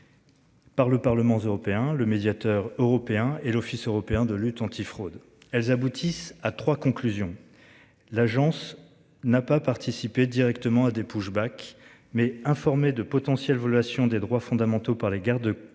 Par le Parlement européen le médiateur européen et l'Office européen de lutte antifraude elles aboutissent à 3 conclusions. L'agence n'a pas participé directement à des pushback mais informer de potentielles violations des droits fondamentaux par les gardes-côtes